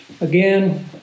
Again